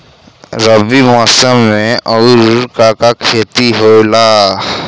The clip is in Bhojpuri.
रबी मौसम में आऊर का का के खेती होला?